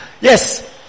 Yes